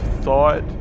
thought